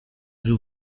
giù